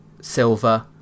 Silver